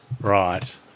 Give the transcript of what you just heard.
Right